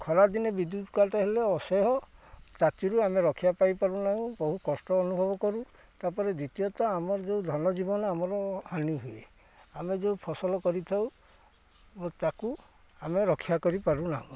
ଖରାଦିନେ ବିଦ୍ୟୁତ କାଟ୍ ହେଲେ ଅସହ୍ୟ ତାତିରୁ ଆମେ ରକ୍ଷା ପାଇପାରୁ ନାହୁଁ ବହୁ କଷ୍ଟ ଅନୁଭବ କରୁ ତା'ପରେ ଦ୍ୱିତୀୟତଃ ଆମର ଯେଉଁ ଧନ ଜୀବନ ଆମର ହାନି ହୁଏ ଆମେ ଯେଉଁ ଫସଲ କରିଥାଉ ଓ ତାକୁ ଆମେ ରକ୍ଷା କରିପାରୁ ନାହୁଁ